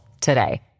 today